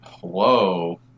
Whoa